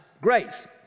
grace